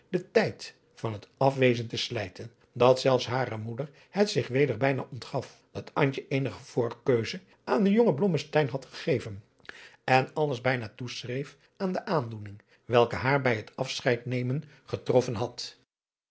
den tijd van het afwezen te slijten dat zelfs hare moeder het zich weder bijna ontgaf dat antje eenige voorkeuze aan den jongen blommesteyn had gegeven en alles bijna toeschreef aan de aandoening welke haar bij het afscheid nemen getroffen had